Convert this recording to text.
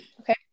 Okay